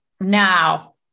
now